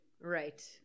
Right